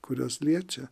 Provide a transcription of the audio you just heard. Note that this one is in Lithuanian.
kuriuos liečia